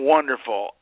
Wonderful